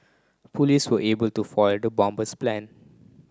police were able to foil the bomber's plan